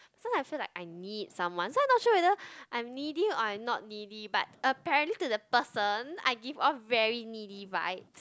sometime I feel like I need someone so I not sure whether I'm needy or I'm not needy but apparently to the person I give off very needy vibes